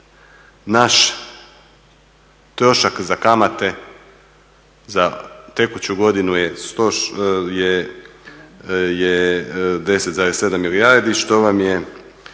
Naš trošak za kamate za tekuću godinu je 10,7 milijardi što vam je